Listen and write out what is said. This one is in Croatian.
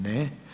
Ne.